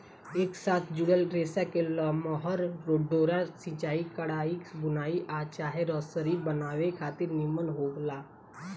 एक साथ जुड़ल रेसा के लमहर डोरा सिलाई, कढ़ाई, बुनाई आ चाहे रसरी बनावे खातिर निमन होला